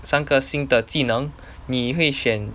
三个新的技能你会选